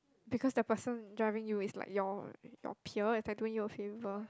because the person driving you is like your your peer is like doing you a favour